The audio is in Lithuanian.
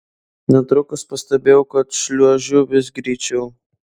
netrukus pastebėjau kad šliuožiu vis greičiau